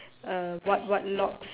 uh what what logs